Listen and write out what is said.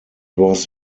was